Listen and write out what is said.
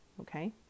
Okay